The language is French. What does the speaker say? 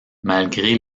malgré